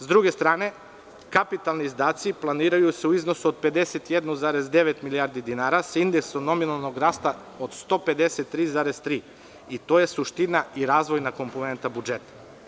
S druge strane, kapitalni izdaci planiraju se u iznosu od 51,9 milijardi dinara, sa indeksom nominalnog rasta od 153,3 i to je suština i razvojna komponenata budžeta.